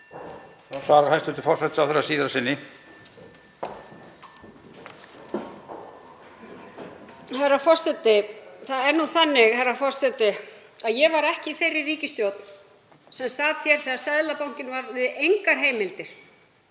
Það er nú þannig að ég var ekki í þeirri ríkisstjórn sem sat hér þegar Seðlabankinn hafði engar heimildir